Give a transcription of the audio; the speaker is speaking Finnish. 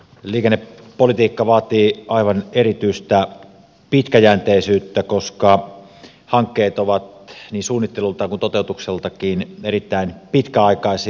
liikennepolitiikka vaatii aivan erityistä pitkäjänteisyyttä koska hankkeet ovat niin suunnittelultaan kuin toteutukseltaankin erittäin pitkäaikaisia